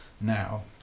now